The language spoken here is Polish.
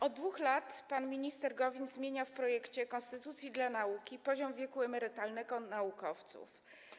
Od 2 lat pan minister Gowin zmienia w projekcie konstytucji dla nauki poziom wieku emerytalnego naukowców.